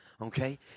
okay